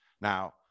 Now